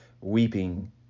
weeping